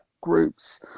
groups